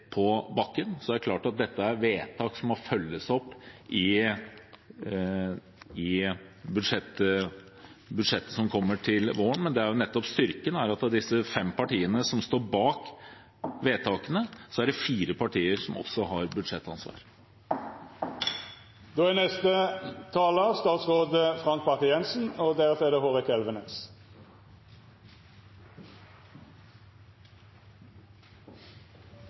på bakken. Det er klart at dette er vedtak som må følges opp i budsjettet som kommer til våren. Men det som nettopp er styrken, er at det er disse fem partiene som står bak vedtakene, og så er det fire partier som også har budsjettansvar. Dette synes jeg har vært en god debatt, men det er noen litt merkelige trekk ved den. Det